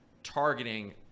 targeting